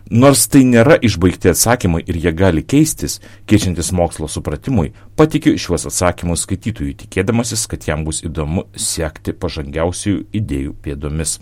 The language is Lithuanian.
nors tai nėra išbaigti atsakymai ir jie gali keistis keičiantis mokslo supratimui pateikia šiuos atsakymus skaitytojui tikėdamasis kad jam bus įdomu sekti pažangiausiųjų idėjų pėdomis